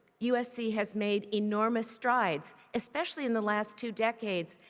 usc has made enormous strides, especially in the last two decades,